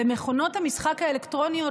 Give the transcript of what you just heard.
מכונות המשחק האלקטרוניות,